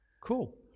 cool